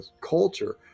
culture